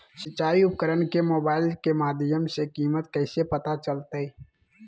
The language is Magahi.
सिंचाई उपकरण के मोबाइल के माध्यम से कीमत कैसे पता चलतय?